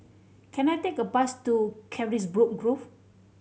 can I take a bus to Carisbrooke Grove